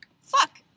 Fuck